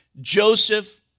Joseph